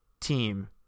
team